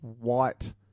white